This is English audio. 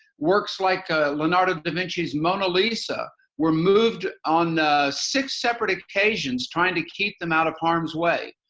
works like leonardo da vinci's mona lisa were moved on six separate ocassions trying to keep them out of harm's way.